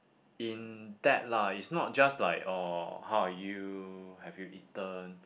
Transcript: in depth lah is not just like uh how are you have you eaten